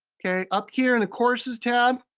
okay, up here in the courses tab.